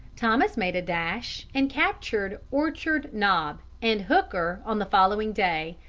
thomas made a dash and captured orchard knob, and hooker, on the following day,